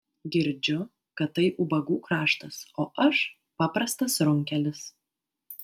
girdžiu kad tai ubagų kraštas o aš paprastas runkelis